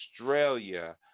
Australia